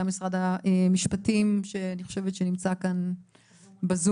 משרד המשפטים שאני חושבת שנמצא איתנו בזום,